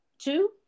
two